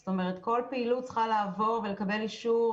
זאת אומרת, כל פעילות צריכה לעבור ולקבל אישור